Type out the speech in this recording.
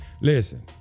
Listen